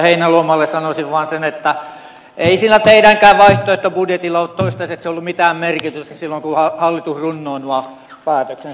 heinäluomalle sanoisin vaan sen että ei sillä teidänkään vaihtoehtobudjetillanne ole toistaiseksi ollut mitään merkitystä silloin kun hallitus runnoo nuo päätöksensä